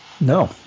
No